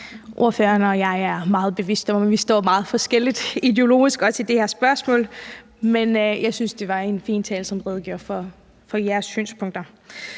Ordføreren og jeg er meget bevidste om, at vi står meget forskelligt ideologisk, også i det her spørgsmål. Men jeg synes, at det var en fin tale, som redegjorde for jeres synspunkter.